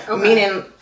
Meaning